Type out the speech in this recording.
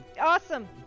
awesome